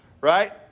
right